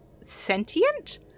sentient